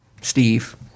Steve